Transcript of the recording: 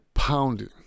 Pounding